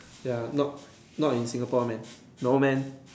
ya not not in Singapore man no man